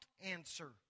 answer